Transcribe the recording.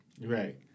Right